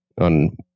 on